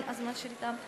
הזמן שלי תם.